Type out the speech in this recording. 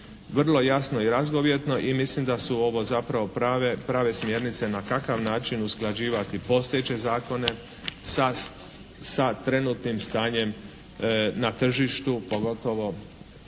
Vrlo jasno i razgovjetno i mislim da su ovo zapravo prave smjernice na kakav način usklađivati postojeće zakone sa trenutnim stanjem na tržištu, pogotovo